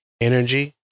Energy